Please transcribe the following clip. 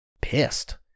pissed